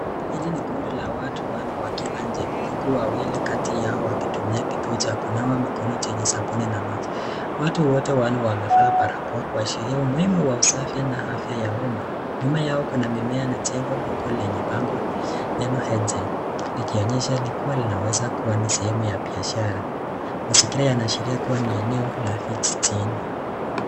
Hili ni kundi la watu wanne wakiwa nje. Huku wawili kati yao wakitumia kitu cha kunawa mkono kwenye sabuni na maji. Watu wote wale wamevaa barakoa kuashiria umuhimu wa usafi na afya. Nyuma yao kuna mimea na jengo ndogo lenye bango Hema Heads. Linaonyesha kua hiiinaweza kua sehemu ya biashara. Mazingira yanaashiria kua ni eneo